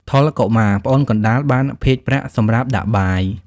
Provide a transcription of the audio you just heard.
ថុល កុមារ (ប្អូនកណ្ដាល) បាន ភាជន៍ប្រាក់ សម្រាប់ដាក់បាយ។